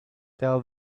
tell